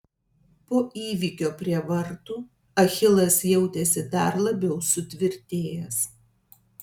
po įvykio prie vartų achilas jautėsi dar labiau sutvirtėjęs